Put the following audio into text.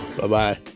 Bye-bye